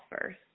first